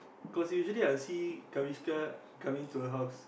cause usually I will see Kaviska coming to her house